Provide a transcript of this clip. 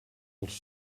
els